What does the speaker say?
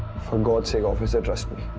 for god's sake, officer. trust me.